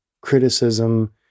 criticism